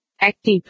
Active